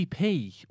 ep